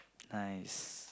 nice